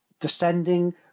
descending